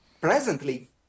presently